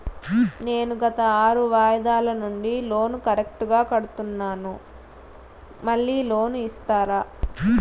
నేను గత ఆరు వాయిదాల నుండి లోను కరెక్టుగా కడ్తున్నాను, మళ్ళీ లోను ఇస్తారా?